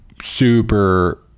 super